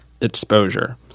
exposure